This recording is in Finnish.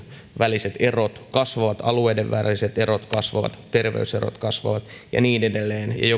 väliset erot kasvavat alueiden väliset erot kasvavat terveyserot kasvavat ja niin edelleen jokainen